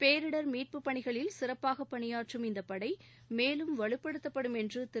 பேரிடர் மீட்புப் பணியில் சிறப்பாக பணியாற்றும் இந்த படை மேலும் வலுப்படுத்தப்படும் என்று திரு